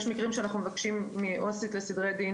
יש מקרים שאנחנו מבקשים מעובדת סוציאלית לסדרי דין